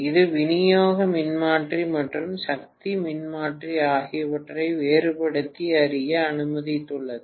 இது விநியோக மின்மாற்றி மற்றும் சக்தி மின்மாற்றி ஆகியவற்றை வேறுபடுத்தி அறிய அனுமதித்துள்ளது